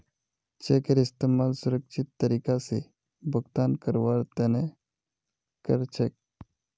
चेकेर इस्तमाल सुरक्षित तरीका स भुगतान करवार तने कर छेक